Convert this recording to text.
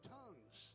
tongues